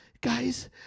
Guys